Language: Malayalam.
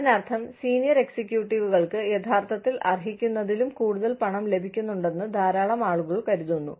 അതിനർത്ഥം സീനിയർ എക്സിക്യൂട്ടീവുകൾക്ക് യഥാർത്ഥത്തിൽ അർഹിക്കുന്നതിലും കൂടുതൽ പണം ലഭിക്കുന്നുണ്ടെന്ന് ധാരാളം ആളുകൾ കരുതുന്നു